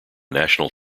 national